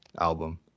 album